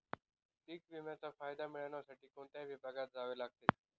पीक विम्याचा फायदा मिळविण्यासाठी कोणत्या विभागात जावे लागते?